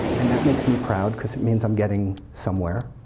and that makes me proud, because it means i'm getting somewhere.